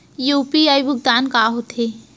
UPI भुगतान का होथे?